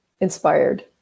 inspired